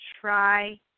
try